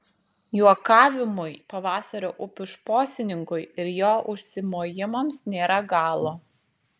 juokavimui pavasario upių šposininkui ir jo užsimojimams nėra galo